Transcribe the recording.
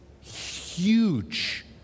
huge